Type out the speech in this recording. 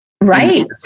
Right